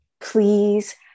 please